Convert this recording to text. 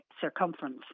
circumference